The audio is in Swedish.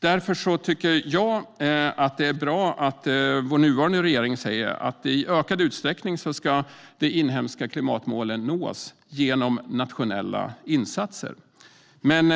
Därför tycker jag att det är bra att vår nuvarande regering säger att de inhemska klimatmålen i ökad utsträckning ska nås genom nationella insatser.